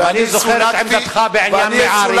אני זוכר את עמדתך בעניין מיעארי.